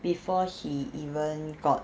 before he even got